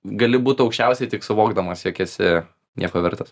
gali būti aukščiausiai tik suvokdamas jog esi nieko vertas